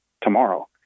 tomorrow